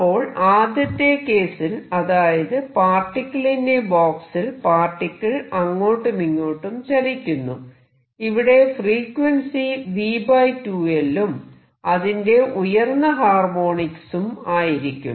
അപ്പോൾ ആദ്യത്തെ കേസിൽ അതായത് പാർട്ടിക്കിൾ ഇൻ എ ബോക്സിൽ പാർട്ടിക്കിൾ അങ്ങോട്ടുമിങ്ങോട്ടും ചലിക്കുന്നു ഇവിടെ ഫ്രീക്വൻസി v2L ഉം അതിന്റെ ഉയർന്ന ഹർമോണിക്സും ആയിരിക്കും